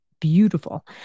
beautiful